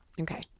Okay